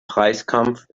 preiskampf